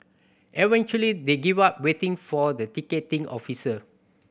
eventually they gave up waiting for the ticketing officer